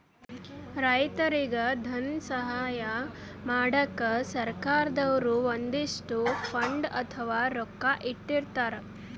ರೈತರಿಗ್ ಧನ ಸಹಾಯ ಮಾಡಕ್ಕ್ ಸರ್ಕಾರ್ ದವ್ರು ಒಂದಿಷ್ಟ್ ಫಂಡ್ ಅಥವಾ ರೊಕ್ಕಾ ಇಟ್ಟಿರ್ತರ್